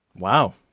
wow